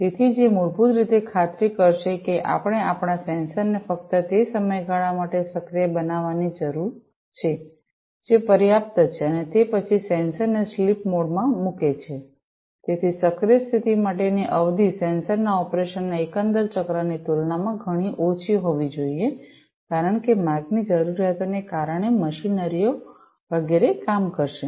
તેથી જે મૂળભૂત રીતે ખાતરી કરશે કે આપણે આપણા સેન્સર્સને ફક્ત તે સમયગાળા માટે સક્રિય બનાવવાની જરૂર છે જે પર્યાપ્ત છે અને તે પછી સેન્સરને સ્લીપ મોડમાં મૂકે છે તેથી સક્રિય સ્થિતિ માટેની અવધિ સેન્સરના ઑપરેશનના એકંદર ચક્રની તુલનામાં ઘણી ઓછી હોવી જોઈએ કારણ કે માર્ગની જરૂરિયાતોને કારણે મશીનરીઓ વગેરે કામ કરશે